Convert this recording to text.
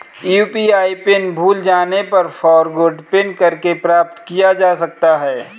UPI PIN भूल जाने पर फ़ॉरगोट पिन करके प्राप्त किया जा सकता है